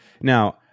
Now